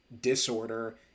disorder